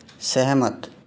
सहमत